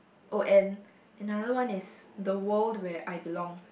oh and another one is the World Where I Belong